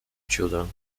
children